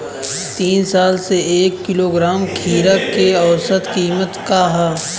तीन साल से एक किलोग्राम खीरा के औसत किमत का ह?